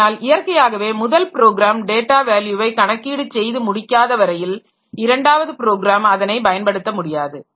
இதனால் இயற்கையாகவே முதல் ப்ரோக்ராம் டேட்டா வேல்யுவை கணக்கீடு செய்து முடிக்காத வரையில் இரண்டாவது ப்ரோக்ராம் அதனை பயன்படுத்த முடியாது